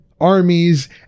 Armies